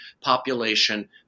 population